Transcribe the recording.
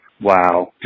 Wow